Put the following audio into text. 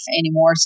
anymore